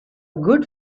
good